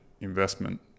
investment